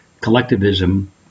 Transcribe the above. collectivism